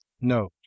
Note